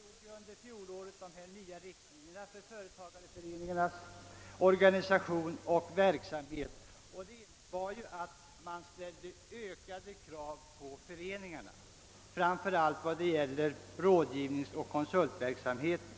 I fjol beslutades ju om nya riktlinjer beträffande företagareföreningarnas organisation och verksamhet, vilket innebar ökade krav på föreningarna, framför allt beträffande rådgivningsoch konsultverksamheten.